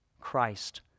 Christ